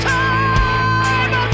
time